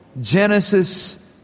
Genesis